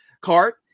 cart